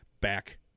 back